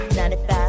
95